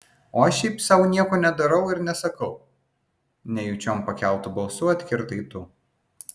o aš šiaip sau nieko nedarau ir nesakau nejučiom pakeltu balsu atkirtai tu